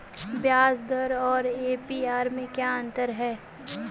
ब्याज दर और ए.पी.आर में क्या अंतर है?